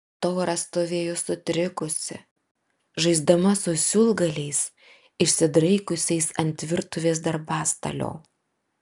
tora stovėjo sutrikusi žaisdama su siūlgaliais išsidraikiusiais ant virtuvės darbastalio